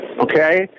okay